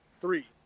three